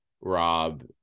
Rob